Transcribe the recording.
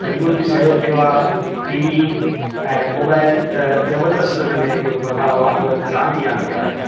फिल्मुनि बि सहयोग कयो आहे टी वी ऐं मोबाइल त जबरदस्त उन में हिकिड़ो बदलाव आंदो आहे क्रांति आंदी आहे